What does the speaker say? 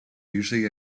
usually